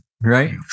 right